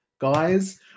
guys